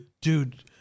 dude